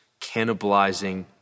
cannibalizing